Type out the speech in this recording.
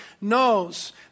knows